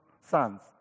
sons